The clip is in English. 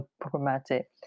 problematic